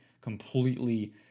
completely